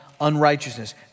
unrighteousness